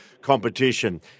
competition